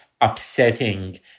upsetting